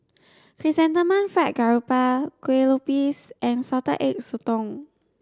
chrysanthemum fried garoupa kuih lopes and salted egg sotong